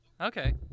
Okay